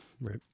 right